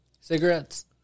Cigarettes